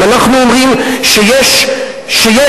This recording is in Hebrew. אם אנחנו אומרים שיש משקל,